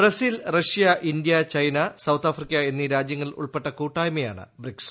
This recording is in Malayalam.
Brazil Russia India China South Africa എന്നീ രാജ്യങ്ങൾ ഉൾപ്പെട്ട കൂട്ടായ്മയാണ് ബ്രിക്സ്